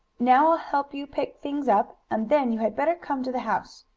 now i'll help you pick things up, and then you had better come to the house.